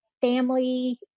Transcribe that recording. family